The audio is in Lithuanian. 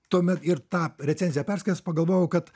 tuomet ir tą recenziją perskaitęs pagalvojau kad